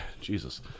Jesus